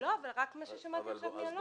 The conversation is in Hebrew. לא, אבל רק מה ששמעתי עכשיו מאלון.